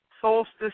solstice